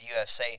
UFC